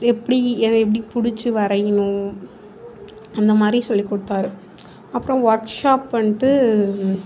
எப்படி எப்படி பிடிச்சி வரையணும் அந்தமாதிரி சொல்லி கொடுத்தாரு அப்றம் ஒர்க் ஷாப் வந்துட்டு